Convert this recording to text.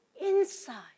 inside